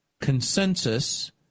consensus